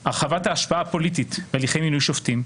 הרחבת ההשפעה הפוליטית בהליכי מינוי שופטים,